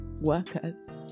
workers